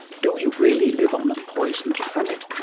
do we really live on a poisoned planet?